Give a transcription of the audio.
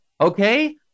Okay